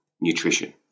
nutrition